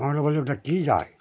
আমরা বলি ওটা কী যায়